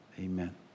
amen